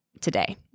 today